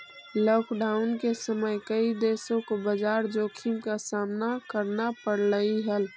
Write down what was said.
lockdown के समय कई देशों को बाजार जोखिम का सामना करना पड़लई हल